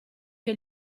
che